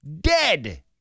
Dead